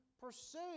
pursue